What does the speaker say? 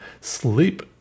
Sleep